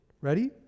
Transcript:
ready